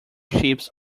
ships